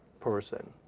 person